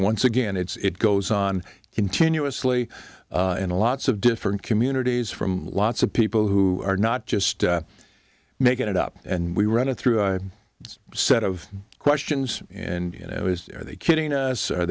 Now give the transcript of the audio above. once again it's it goes on continuously in a lots of different communities from lots of people who are not just making it up and we run it through a set of questions and you know is are they kidding us are